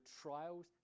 trials